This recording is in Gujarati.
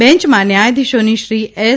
બેન્ચમાં ન્યાયાધીશો શ્રી એસ